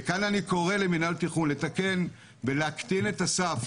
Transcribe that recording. וכאן אני קורא למינהל התכנון לתקן ולהקטין את הסף